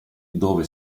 dove